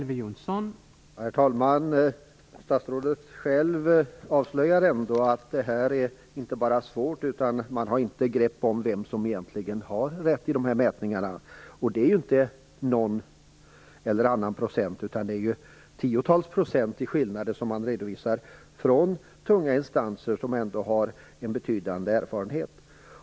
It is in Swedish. Herr talman! Statsrådet avslöjar själv inte bara att detta är svårt utan också att man inte har något grepp om vem det är som egentligen har rätt i fråga om de här mätningarna. Det handlar inte om en eller annan procent, utan det handlar om tiotals procent i skillnad som redovisas av tunga instanser som ändå har en betydande erfarenhet.